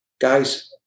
guys